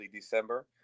December